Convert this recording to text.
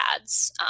ads